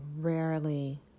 rarely